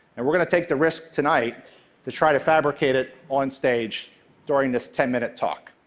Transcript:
and we're going to take the risk tonight to try to fabricate it onstage during this ten minute talk.